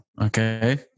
Okay